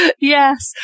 Yes